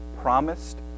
promised